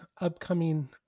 upcoming